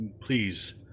please